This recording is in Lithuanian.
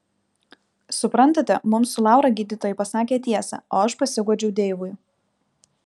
suprantate mums su laura gydytojai pasakė tiesą o aš pasiguodžiau deivui